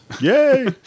Yay